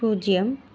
பூஜ்ஜியம்